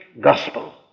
gospel